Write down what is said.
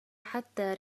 حتى